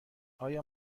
آیا